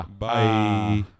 bye